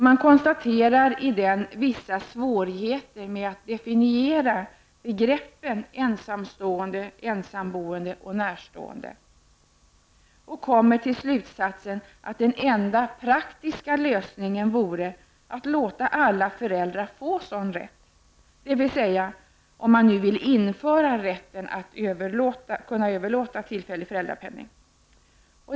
Man konstaterar i den vissa svårigheter med att definiera begreppen ''ensamstående, ensamboende och närstående'' och kommer till slutsatsen att den enda praktiska lösningen vore att låta alla föräldrar få sådan rätt -- dvs. om man nu vill införa rätten att kunna överlåta tillfällig föräldrapenning.